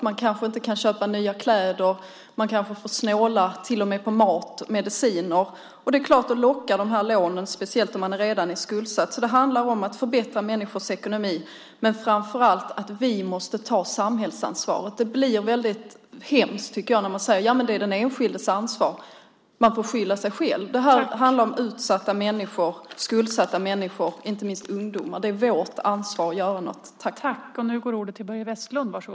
Man kanske inte kan köpa nya kläder, och man kanske till och med får snåla på mat och mediciner. Det är klart att de här lånen då lockar, speciellt om man redan är skuldsatt! Det handlar om att förbättra människors ekonomi men framför allt om att vi måste ta samhällsansvaret. Det är väldigt hemskt, tycker jag, när man säger att det är den enskildes ansvar och att den enskilde får skylla sig själv. Det här handlar om utsatta och skuldsatta människor, inte minst ungdomar. Det är vårt ansvar att göra någonting.